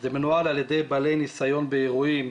זה מנוהל על ידי בעלי ניסיון באירועים,